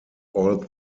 all